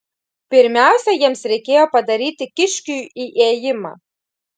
pirmiausia jiems reikėjo padaryti kiškiui įėjimą